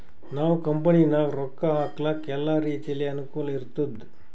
ನಾವ್ ಕಂಪನಿನಾಗ್ ರೊಕ್ಕಾ ಹಾಕ್ಲಕ್ ಎಲ್ಲಾ ರೀತಿಲೆ ಅನುಕೂಲ್ ಇರ್ತುದ್